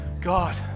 God